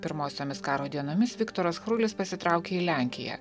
pirmosiomis karo dienomis viktoras chrulis pasitraukė į lenkiją